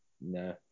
No